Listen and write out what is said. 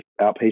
outpatient